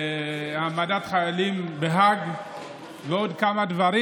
בהעמדת חיילים לדין בהאג ועוד כמה דברים.